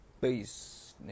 peace